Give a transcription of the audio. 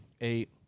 Eight